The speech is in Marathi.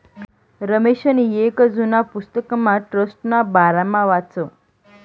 रमेशनी येक जुना पुस्तकमा ट्रस्टना बारामा वाचं